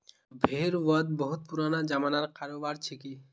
भेड़ वध बहुत पुराना ज़मानार करोबार छिके